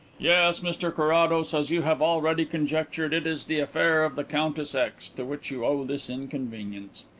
yes, mr carrados, as you have already conjectured, it is the affair of the countess x. to which you owe this inconvenience.